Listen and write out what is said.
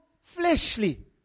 fleshly